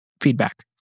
feedback